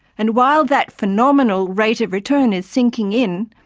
and while that phenomenal rate of return is sinking in,